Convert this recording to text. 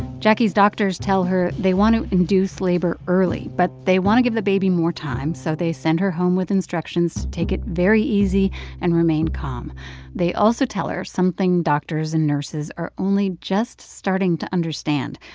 jacquie's doctors tell her they want to induce labor early. but they want to give the baby more time. so they send her home with instructions to take it very easy and remain calm they also tell her something doctors and nurses are only just starting to understand,